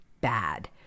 bad